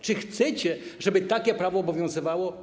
Czy chcecie, żeby takie prawo obowiązywało?